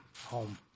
Home